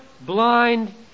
blind